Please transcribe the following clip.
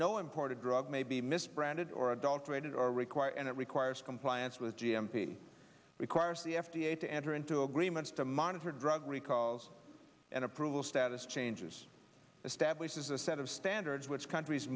no imported drug may be misbranded or adulterated or require and it requires compliance with g m p requires the f d a to enter into agreements to monitor drug recalls and approval status changes a stab this is a set of standards which countries